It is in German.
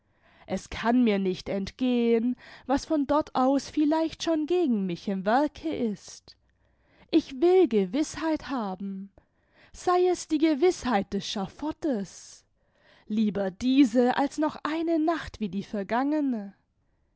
es kann mir nicht entgehen was von dort aus vielleicht schon gegen mich im werke ist ich will gewißheit haben sei es die gewißheit des schaffottes lieber diese als noch eine nacht wie die vergangene